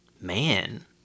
man